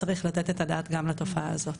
צריך לתת את הדעת גם לתופעה הזאת.